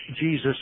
Jesus